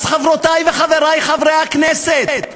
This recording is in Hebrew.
אז, חברותי וחברי חברי הכנסת,